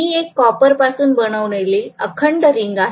ही एक कॉपर पासून बनवलेली अखंड रिंग आहे